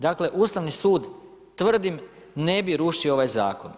Dakle Ustavni sud, tvrdim, ne bi rušio ovaj zakon.